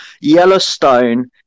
Yellowstone